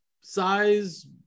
size